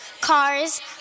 cars